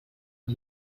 het